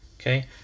Okay